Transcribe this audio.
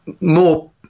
more